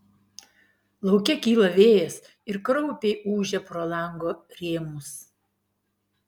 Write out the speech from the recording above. lauke kyla vėjas ir kraupiai ūžia pro lango rėmus